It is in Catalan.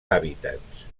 hàbitats